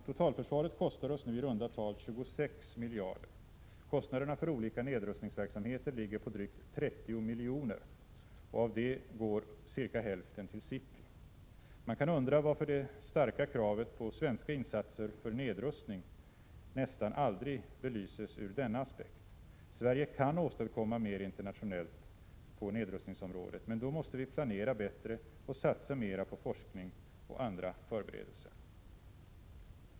Totalförsvaret kostar oss nu i runda tal 26 miljarder. Kostnaderna för olika nedrustningsverksamheter ligger på drygt 30 miljoner och av det går ca hälften till SIPRI. Man kan undra varför det starka kravet på svenska insatser för nedrustning nästan aldrig belyses ur denna aspekt. Sverige kan åstadkomma mer internationellt på nedrustningsområdet, men då måste vi planera bättre och satsa mera på forskning och andra förberedelser.